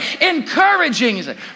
Encouraging